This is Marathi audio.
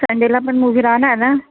संडेला पण मुव्ही राहणार ना